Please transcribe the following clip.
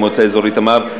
במועצה אזורית תמר.